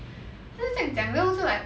他就这样讲 then 我就 like